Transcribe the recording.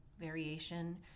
variation